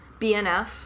BNF